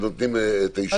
נותנים את האישורים.